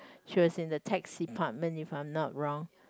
she was in the tax department if I'm not wrong